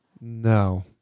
No